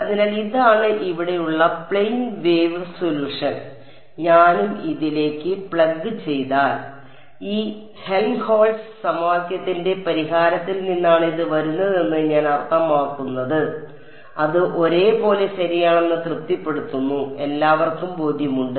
അതിനാൽ ഇതാണ് ഇവിടെയുള്ള പ്ലെയിൻ വേവ് സൊല്യൂഷൻ ഞാനും ഇതിലേയ്ക്ക് പ്ലഗ് ചെയ്താൽ ഈ ഹെൽംഹോൾട്ട്സ് സമവാക്യത്തിന്റെ പരിഹാരത്തിൽ നിന്നാണ് ഇത് വരുന്നതെന്ന് ഞാൻ അർത്ഥമാക്കുന്നത് അത് ഒരേപോലെ ശരിയാണെന്ന് തൃപ്തിപ്പെടുത്തുന്നു എല്ലാവർക്കും ബോധ്യമുണ്ട്